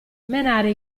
menare